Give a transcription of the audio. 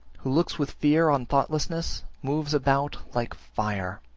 who looks with fear on thoughtlessness, moves about like fire,